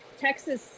Texas